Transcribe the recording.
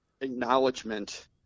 acknowledgement